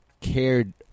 cared